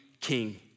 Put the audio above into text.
king